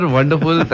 Wonderful